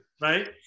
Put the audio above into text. right